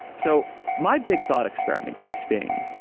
so my big thought experiment keeps being,